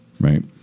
right